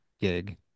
gig